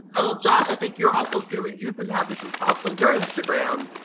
josh, i think you're also doing, you've been having some talks on your instagram